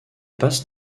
passe